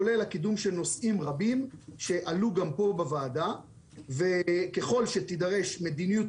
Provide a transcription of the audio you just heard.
כולל הקידום של נושאים רבים שעלו גם פה בוועדה וככל שתידרש מדיניות